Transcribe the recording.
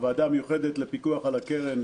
הוועדה המיוחדת לפיקוח על הקרן